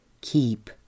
keep